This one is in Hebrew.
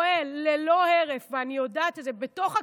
פועל ללא הרף, ואני יודעת את זה, בתוך הכנסת,